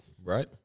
Right